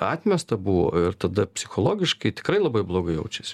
atmesta buvo ir tada psichologiškai tikrai labai blogai jaučiasi